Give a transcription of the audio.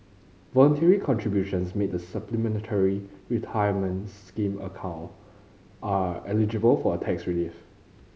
voluntary contributions made the Supplementary Retirement Scheme account are eligible for a tax relief